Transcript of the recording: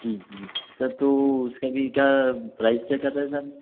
जी जी सर तो उसका अभी क्या प्राइज़ क्या चल रहा है सर